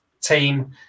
team